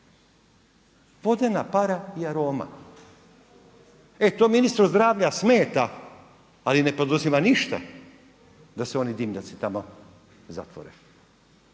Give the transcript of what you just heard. Vodena para i aroma. E to ministru zdravlja smeta, ali ne poduzima ništa, da se oni dimnjaci tamo zatvore.